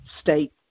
state